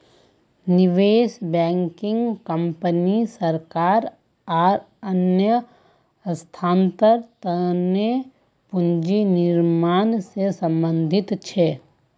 निवेश banking company सरकार आर अन्य संस्थार तने पूंजी निर्माण से संबंधित छे